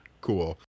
cool